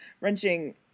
wrenching